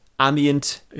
ambient